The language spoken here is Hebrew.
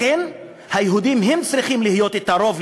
לכן היהודים צריכים להיות הרוב,